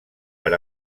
per